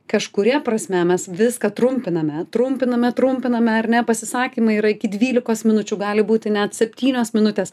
kažkuria prasme mes viską trumpiname trumpiname trumpiname ar ne pasisakymai yra iki dvylikos minučių gali būti net septynios minutės